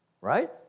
right